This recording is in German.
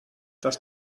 dass